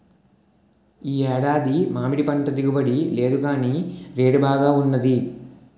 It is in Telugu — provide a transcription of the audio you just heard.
ఈ ఏడాది మామిడిపంట దిగుబడి లేదుగాని రేటు బాగా వున్నది